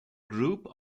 group